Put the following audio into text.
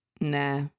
nah